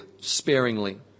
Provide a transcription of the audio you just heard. sparingly